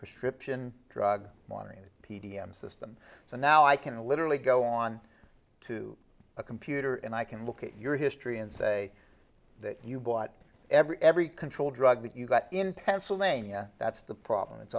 prescription drug monitoring p d s system so now i can literally go on to a computer and i can look at your history and say that you bought every every control drug that you got in pennsylvania that's the problem it's